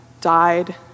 died